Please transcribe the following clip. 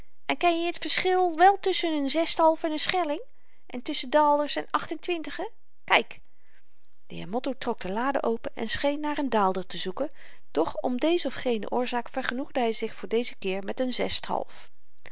ken je n t verschil wel tusschen n zest'half en n schelling en tusschen daalders en acht-en-twintigen kyk de heer motto trok de lade open en scheen naar n daalder te zoeken doch om deze of gene oorzaak vergenoegde hy zich voor deze keer met n zest'half